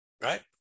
right